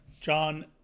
john